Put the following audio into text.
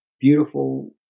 beautiful